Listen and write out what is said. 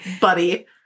buddy